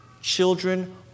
children